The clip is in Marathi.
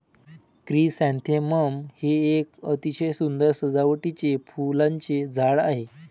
क्रिसॅन्थेमम हे एक अतिशय सुंदर सजावटीचे फुलांचे झाड आहे